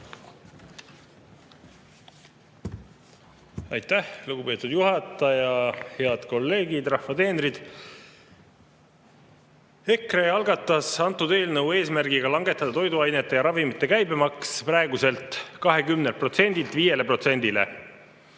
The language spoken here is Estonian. Aitäh, lugupeetud juhataja! Head kolleegid, rahva teenrid! EKRE on algatanud antud eelnõu eesmärgiga langetada toiduainete ja ravimite käibemaks praeguselt 20%‑lt 5%‑le.